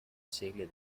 segle